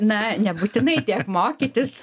na nebūtinai tiek mokytis